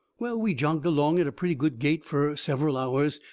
well, we jogged along at a pretty good gait fur several hours,